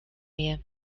mir